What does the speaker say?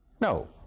No